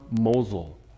mosul